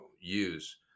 use